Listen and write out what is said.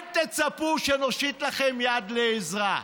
אל תצפו שנושיט לכם יד לעזרה.